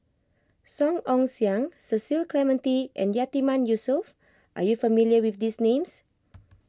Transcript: Song Ong Siang Cecil Clementi and Yatiman Yusof are you not familiar with these names